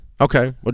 Okay